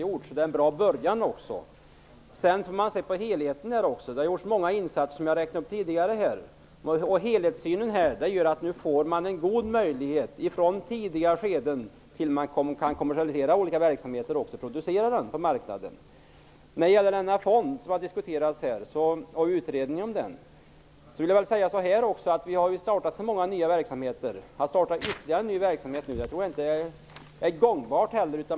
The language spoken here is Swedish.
Det har gjorts många insatser som jag räknade upp tidigare. Helhetssynen gör att man i tidiga skeden får en god möjlighet att kommersialisera olika verksamheter. När det gäller den fond som diskuterats vill jag säga att vi har startat så många nya verksamheter att jag inte tror att det vore gångbart att starta ytterligare verksamheter.